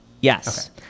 Yes